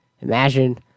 Imagine